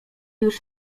już